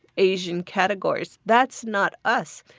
asian categories. that's not us.